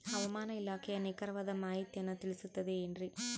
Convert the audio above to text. ಹವಮಾನ ಇಲಾಖೆಯ ನಿಖರವಾದ ಮಾಹಿತಿಯನ್ನ ತಿಳಿಸುತ್ತದೆ ಎನ್ರಿ?